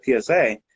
PSA